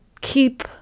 keep